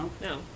No